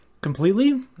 completely